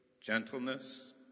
gentleness